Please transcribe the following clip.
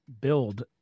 build